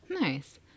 Nice